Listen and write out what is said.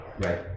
right